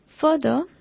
Further